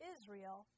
Israel